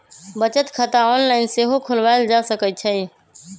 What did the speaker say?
बचत खता ऑनलाइन सेहो खोलवायल जा सकइ छइ